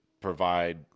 provide